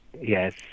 Yes